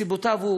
מסיבותיו הוא,